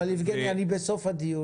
יבגני, אנחנו כבר בסוף הדיון.